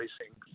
racing